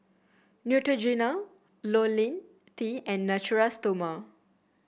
Neutrogena LoniL T and Natura Stoma